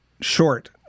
short